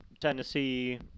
Tennessee